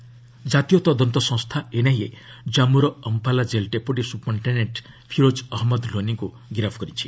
NIA Jammu ଜାତୀୟ ତଦନ୍ତ ସଂସ୍କା ଏନ୍ଆଇଏ ଜାମ୍ସର Ambala jail deputy superintendent Firoz Ahmad ଲୋନିଙ୍କୁ ଗିରଫ କରିଛି